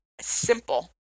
simple